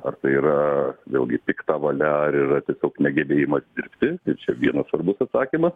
ar tai yra vėlgi pikta valia ar yra tiesiog negebėjimas dirbti ir čia vienas svarbus atsakymas